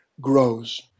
grows